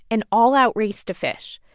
an all-out race to fish.